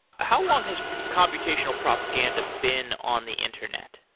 how long has computational propaganda been on the internet?